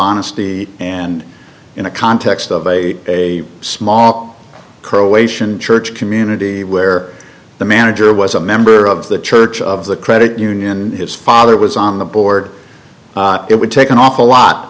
honesty and in a context of a a small croatian church community where the manager was a member of the church of the credit union and his father was on the board it would take an awful lot